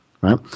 Right